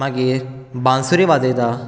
मागीर बांसुरी वाजयता